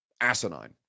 asinine